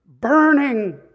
burning